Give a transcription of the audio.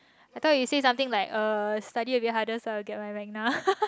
I thought you say something like uh study a bit harder so I'll get my Magna